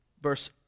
Verse